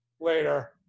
later